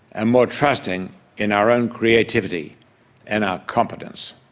and more trusting in our and creativity and our competence.